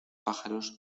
pájaros